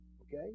Okay